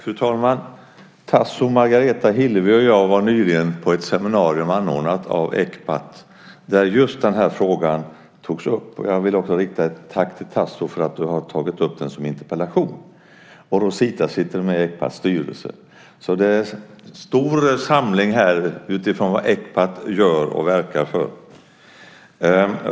Fru talman! Tasso, Margareta, Hillevi och jag var nyligen på ett seminarium anordnat av Ecpat, där just den här frågan togs upp. Jag vill också rikta ett tack till Tasso för att du har tagit upp den som interpellation. Rosita sitter med i Ecpats styrelse. Det är stor samling här utifrån vad Ecpat gör och verkar för.